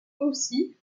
aussi